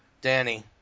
Danny